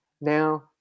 now